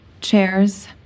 Chairs